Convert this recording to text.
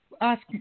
ask –